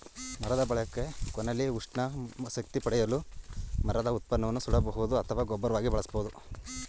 ಮರದ ಬಳಕೆ ಕೊನೆಲಿ ಉಷ್ಣ ಶಕ್ತಿ ಪಡೆಯಲು ಮರದ ಉತ್ಪನ್ನನ ಸುಡಬಹುದು ಅಥವಾ ಗೊಬ್ಬರವಾಗಿ ಬಳಸ್ಬೋದು